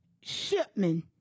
Shipman